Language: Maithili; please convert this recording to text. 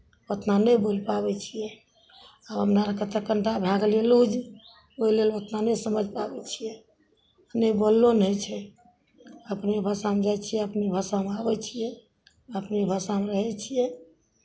ओतना नहि बोलि पाबै छियै हमरा आरके तऽ कनि टा भए गेलै लूज ओहि लेल ओतना नहि समझि पाबै छियै नहि बोललो नहि होइ छै अपने भाषामे जाइ छियै अपने भाषामे आबै छियै अपने भाषामे रहै छियै